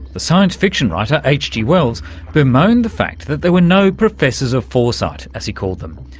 the science fiction writer hg wells bemoaned the fact that there were no professors of foresight as he called them,